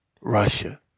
Russia